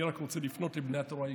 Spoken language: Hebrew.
אני רק רוצה לפנות לבני התורה היקרים,